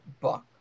book